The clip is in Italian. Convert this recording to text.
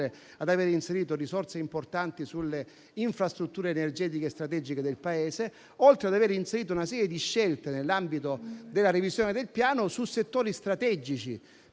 ad aver inserito risorse importanti sulle infrastrutture energetiche strategiche del Paese e una serie di scelte nell'ambito della revisione del Piano su settori strategici.